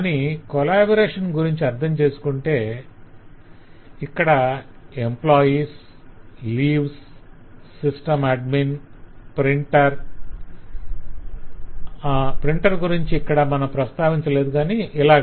కాని కొలాబరేషన్ గురించి అర్ధం చేసుకుంటే ఇక్కడ employees leaves system admin printer printer ఇక్కడ దానిని గురించి ప్రస్తావించలేదు కాని ఇలాగ